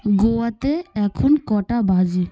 গোয়াতে এখন কটা বাজে